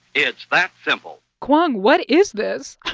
it's that simple kwong, what is this?